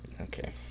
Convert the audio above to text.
Okay